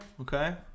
Okay